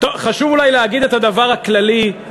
חשוב אולי להגיד את הדבר הכללי,